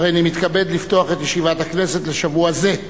הריני מתכבד לפתוח את ישיבת הכנסת לשבוע זה.